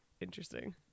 interesting